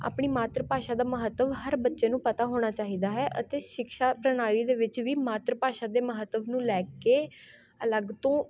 ਆਪਣੀ ਮਾਤਰ ਭਾਸ਼ਾ ਦਾ ਮਹੱਤਵ ਹਰ ਬੱਚੇ ਨੂੰ ਪਤਾ ਹੋਣਾ ਚਾਹੀਦਾ ਹੈ ਅਤੇ ਸ਼ਿਖਸ਼ਾ ਪ੍ਰਣਾਲੀ ਦੇ ਵਿੱਚ ਵੀ ਮਾਤਰ ਭਾਸ਼ਾ ਦੇ ਮਹੱਤਵ ਨੂੰ ਲੈ ਕੇ ਅਲੱਗ ਤੋਂ